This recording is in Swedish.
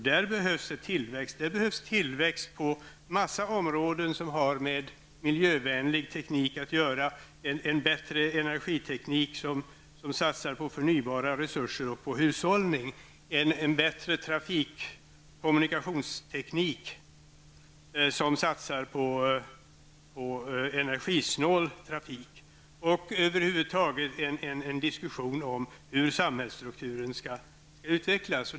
Där behövs tillväxt på en rad områden som har med miljövänlig teknik att göra, en bättre energiteknik som satsar på förnybara resurser och hushållning, en bättre konsumtionsteknik som satsar på energisnål trafik. Över huvud taget behövs en diskussion om hur samhällsstrukturen skall utvecklas.